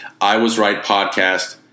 Iwasrightpodcast